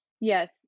Yes